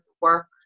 work